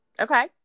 Okay